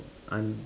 un~